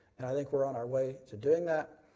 and i think we are on our way to doing that.